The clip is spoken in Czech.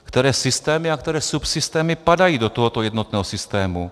Které systémy a které subsystémy padají do tohoto jednotného systému?